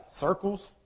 circles